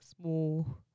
small